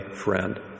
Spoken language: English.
friend